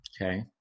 okay